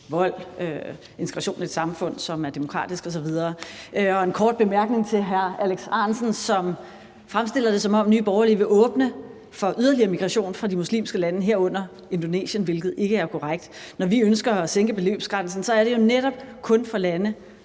vold, integration i et samfund, som er demokratisk osv., og jeg har en kort bemærkning til hr. Alex Ahrendtsen, som fremstiller det, som om Nye Borgerlige vil åbne for yderligere migration fra de muslimske lande, herunder Indonesien, hvilket ikke er korrekt. Når vi ønsker at sænke beløbsgrænsen, er det jo netop kun for lande,